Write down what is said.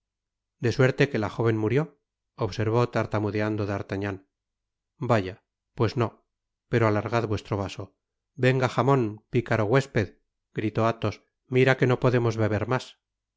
de suerte que la jóven murió observó tartamudeando d'artagnan vayal pues nó pero alargad vuestro vaso venga jamon picaro huésped gritó athos mira que no podemos beber mas